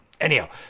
Anyhow